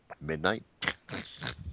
midnight